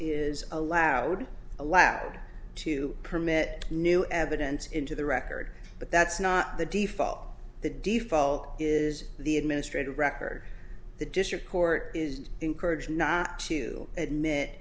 is allowed allowed to permit new evidence into the record but that's not the default the default is the administrative record the district court is encouraged not to admit